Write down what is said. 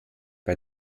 bei